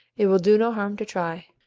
it will do no harm to try.